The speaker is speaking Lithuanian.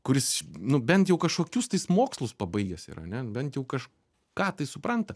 kuris nu bent jau kažkokius tais mokslus pabaigęs yra ane bent jau kažką tai supranta